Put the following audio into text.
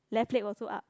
left leg also up